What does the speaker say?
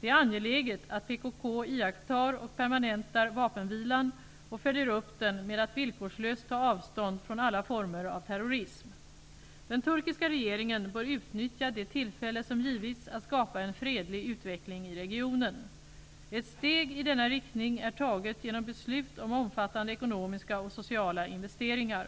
Det är angeläget att PKK iakttar och permanentar vapenvilan, och följer upp den med att villkorslöst ta avstånd från alla former av terrorism. Den turkiska regeringen bör utnyttja det tillfälle som givits att skapa en fredlig utveckling i regionen. Ett steg i denna riktning är taget genom beslut om omfattande ekonomiska och sociala investeringar.